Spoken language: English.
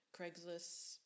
craigslist